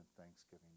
Thanksgiving